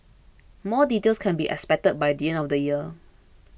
more details can be expected by the end of the year